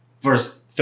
verse